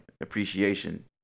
appreciation